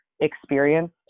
experienced